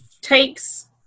takes